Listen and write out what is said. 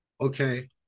Okay